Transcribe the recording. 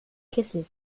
kessel